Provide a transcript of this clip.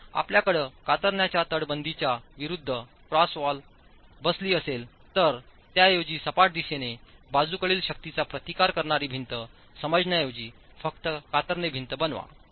जर आपल्याकडे कातरणाच्या तटबंदीच्या विरूद्ध क्रॉस वॉल बसली असेल तर त्याऐवजीसपाट दिशेनेबाजूकडील शक्तींचा प्रतिकार करणारी भिंत समजण्याऐवजी फक्त कातरणे भिंत बनवा